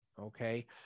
Okay